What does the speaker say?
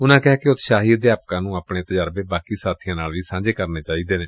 ਉਨਾਂ ਕਿਹਾ ਕਿ ਉਤਸ਼ਾਹੀ ਅਧਿਆਪਕਾਂ ਨੂੰ ਆਪਣੇ ਤਜਰਬੇ ਬਾਕੀ ਸਾਬੀਆਂ ਨਾਲ ਵੀ ਸਾਂਝੇ ਕਰਨੇ ਚਾਹੀਦੇ ਨੇ